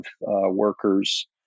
workers